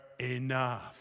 Enough